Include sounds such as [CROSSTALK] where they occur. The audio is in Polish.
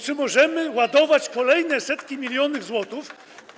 Czy możemy ładować kolejne [APPLAUSE] setki milionów złotych.